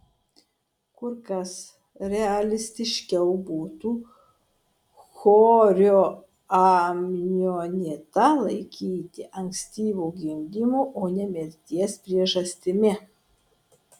kur kas realistiškiau būtų chorioamnionitą laikyti ankstyvo gimdymo o ne mirties priežastimi